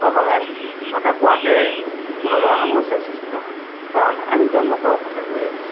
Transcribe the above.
অসমীয়াত কথা কোৱাওঁতে কোনো ধৰণৰ সমস্যাৰ সৃষ্টি নহয় কাৰণ আমি জন্মৰ পৰা অসমীয়া কৈ আহিছোঁ